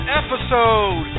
episode